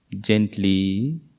Gently